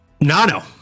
Nano